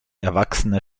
erwachsene